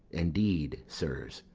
indeed, sirs,